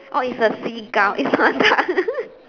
oh it's a seagull it's not duck